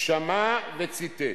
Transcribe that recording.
שמע וציטט.